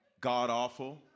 God-awful